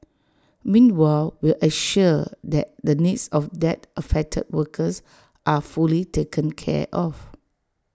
meanwhile will ensure that the needs of that affected workers are fully taken care of